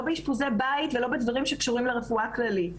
באשפוזי בית ולא בדברים שקשורים לרפואה כללית.